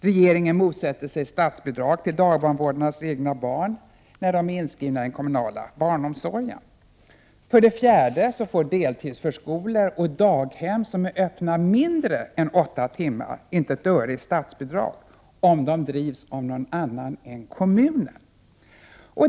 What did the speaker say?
Regeringen motsätter sig statsbidrag för dagbarnvårdarnas egna barn när de är inskrivna i den kommunala barnomsorgen. För det fjärde får deltidsförskolor och daghem som är öppna mindre än åtta timmar om dagen inte ett öre i statsbidrag om de drivs av någon annan än kommunen.